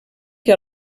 que